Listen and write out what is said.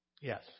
Yes